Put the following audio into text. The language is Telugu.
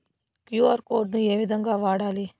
క్యు.ఆర్ కోడ్ ను ఏ విధంగా వాడాలి?